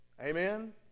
Amen